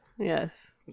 Yes